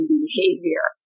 behavior